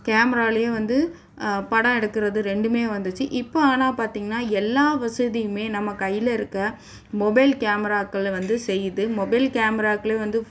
கேமராலையும் வந்து படம் எடுக்கிறது ரெண்டுமே வந்துச்சு இப்போ ஆனால் பார்த்தீங்கன்னா எல்லா வசதியுமே நம்ம கையில் இருக்க மொபைல் கேமராக்கள் வந்து செய்து மொபைல் கேமராக்களே வந்து